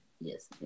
Yes